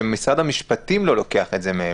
שמשרד המשפטים לא לוקח את זה מהם,